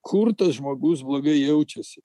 kur tas žmogus blogai jaučiasi